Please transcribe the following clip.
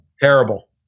Terrible